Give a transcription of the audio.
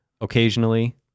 Occasionally